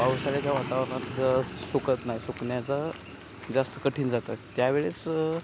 पावसाळ्याच्या वातावरणात जर सुकत नाही सुकण्याचा जास्त कठीण जातात त्यावेळेस